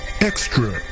Extra